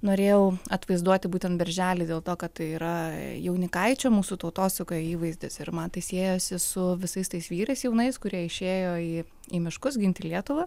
norėjau atvaizduoti būtent birželį dėl to kad tai yra jaunikaičio mūsų tautosakoje įvaizdis ir man tai siejasi su visais tais vyrais jaunais kurie išėjo į į miškus ginti lietuvą